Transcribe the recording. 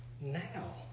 now